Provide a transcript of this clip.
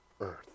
earth